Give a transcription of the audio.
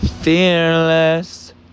Fearless